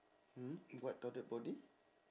mm what toddler body